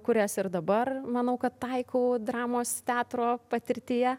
kurias ir dabar manau kad taikau dramos teatro patirtyje